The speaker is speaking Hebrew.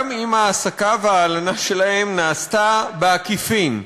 גם אם ההעסקה וההלנה שלהם נעשו בעקיפין.